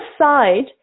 aside